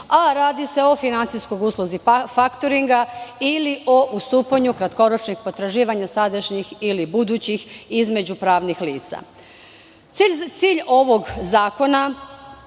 a radi se o finansijskoj usluzi faktoringa, ili o ustupanju kratkoročnih potraživanja, sadašnjih ili budućih, između pravnih lica. Cilj ovog zakona